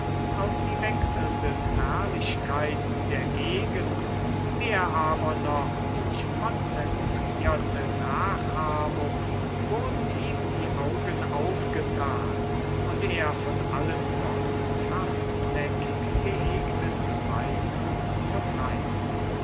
auf die wechselnden herrlichkeiten der gegend mehr aber noch durch konzentrierte nachahmung wurden ihm die augen aufgetan und er von allen sonst hartnäckig gehegten zweifeln befreit